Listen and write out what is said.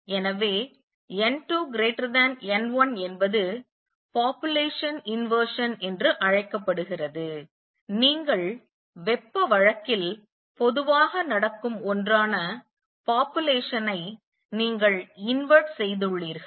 எனவே n2 n1 என்பது population inversion என்று அழைக்கப்படுகிறது நீங்கள் வெப்ப வழக்கில் பொதுவாக நடக்கும் ஒன்றான population ஐ நீங்கள் invert செய்துள்ளீர்கள்